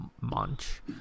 Munch